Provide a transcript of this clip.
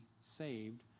saved